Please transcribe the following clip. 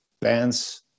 bands